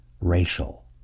racial